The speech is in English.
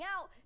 out